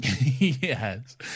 Yes